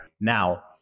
Now